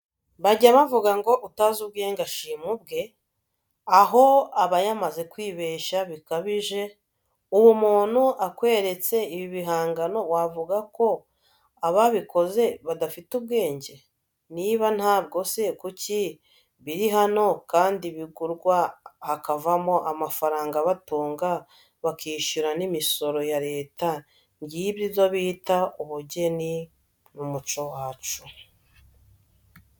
Bajya bavuga ngo utazi ubwenge ashima ubwe aho aba yamaze kwibeshya bikabije ubu umuntu akweretse ibi bihangano wavuga ko ababikoze badafite ubwenge? niba ntabwo se kuki birihano kandi bigurwa hakavamo amafaranga abatunga bakishyura nimisoro yareta ngibyo ibyo bita ubugeni n,umuco wacu.